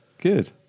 good